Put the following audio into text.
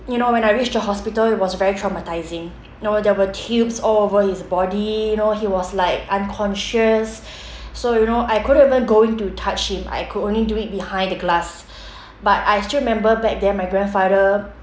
you know when I reached the hospital it was very traumatising know there were tubes all over his body know he was like unconscious so you know I couldn't even go in to touch him I could only do it behind the glass but I still remember back then my grandfather